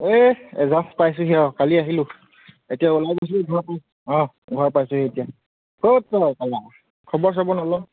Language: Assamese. এই জাষ্ট পাইছোঁহি আও কালি আহিলোঁ এতিয়া অ' ঘৰ পাইছোঁহি এতিয়া ক'ত খবৰ চবৰ নলও